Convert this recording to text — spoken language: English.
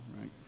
right